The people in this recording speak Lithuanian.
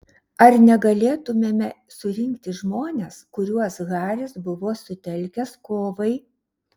ar negalėtumėme surinkti žmones kuriuos haris buvo sutelkęs kovai